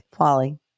Pauly